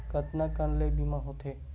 कतका कन ले बीमा होथे?